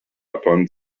upon